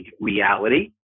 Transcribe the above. reality